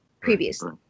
previously